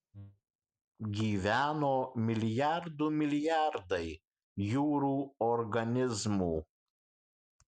gyveno milijardų milijardai jūrų organizmų